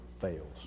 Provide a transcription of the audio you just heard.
fails